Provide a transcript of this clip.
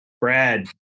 Brad